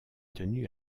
tenue